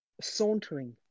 sauntering